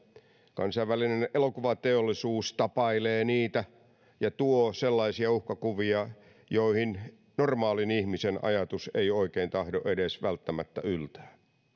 kansainvälinen elokuvateollisuus tapailee niitä ja tuo sellaisia uhkakuvia joihin normaalin ihmisen ajatus ei oikein tahdo edes välttämättä yltää